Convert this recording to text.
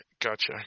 gotcha